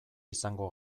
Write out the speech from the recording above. izango